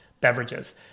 beverages